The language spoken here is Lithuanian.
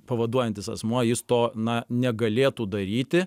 pavaduojantis asmuo jis to na negalėtų daryti